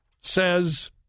says